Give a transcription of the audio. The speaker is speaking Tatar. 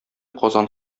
казан